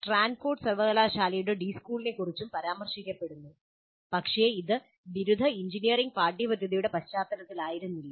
Stanford സർവകലാശാലയുടെ D സ്കൂളിനെക്കുറിച്ചും പരാമർശിക്കപ്പെടുന്നു പക്ഷേ അത് ബിരുദ എഞ്ചിനീയറിംഗ് പാഠ്യപദ്ധതിയുടെ പശ്ചാത്തലത്തിലായിരുന്നില്ല